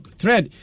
thread